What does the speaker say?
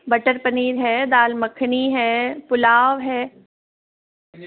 butter paneer है दाल मक्खनी है पुलाव है